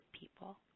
people